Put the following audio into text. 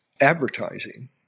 advertising